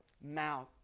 mouth